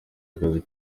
akazi